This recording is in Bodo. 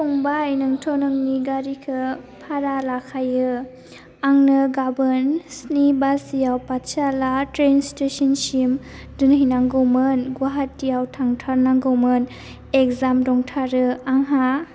फंबाय नोंथ' नोंनि गारिखौ भारा लाखायो आंनो गाबोन स्नि बाजियाव पाटसाला ट्रेन स्टेसनसिम दोनहैनांगौमोन गुवाहाटीयाव थांथारनांगौमोन एकजाम दंथारो आंहा